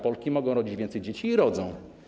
Polki mogą rodzić więcej dzieci i rodzą.